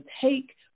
take